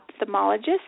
ophthalmologist